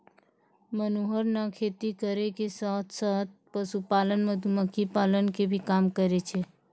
मनोहर नॅ खेती करै के साथॅ साथॅ, पशुपालन, मधुमक्खी पालन के भी काम करै छै